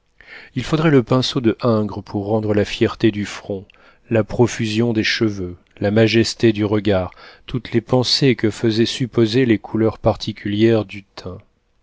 il faudrait le pinceau des ingres pour rendre la fierté du front la profusion des cheveux la majesté du regard toutes les pensées que faisaient supposer les couleurs particulières du teint